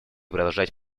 продолжать